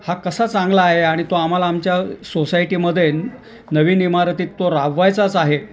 हा कसा चांगला आहे आणि तो आम्हाला आमच्या सोसायटीमध्ये नवीन इमारतीत तो राबवायचाच आहे